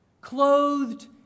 clothed